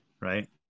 right